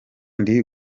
ndi